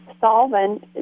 solvent